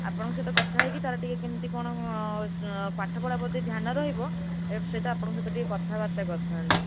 ଆପଣଙ୍କ ସହିତ କଥା ହେଇକି ତା'ର ଟିକେ କେମିତି କ'ଣ ପାଠପଢ଼ା ପ୍ରତି ଧ୍ୟାନ ରହିବ ଏ ବିଷୟଟା ଆପଣଙ୍କ ସହିତ ଟିକେ କଥାବାର୍ତ୍ତା କରିଥାନ୍ତି